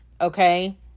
okay